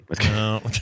No